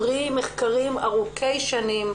פרי מחקרים ארוכי שנים,